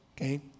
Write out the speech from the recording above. okay